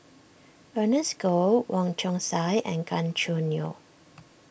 Ernest Goh Wong Chong Sai and Gan Choo Neo